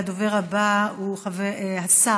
הדובר הבא הוא השר